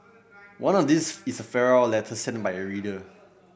one of these is a farewell letter sent by a reader